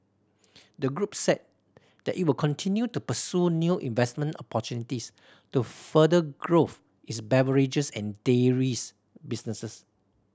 the group said that it will continue to pursue new investment opportunities to further growth its beverages and dairies businesses